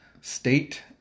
state